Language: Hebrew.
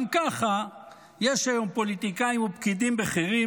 גם ככה יש היום פוליטיקאים ופקידים בכירים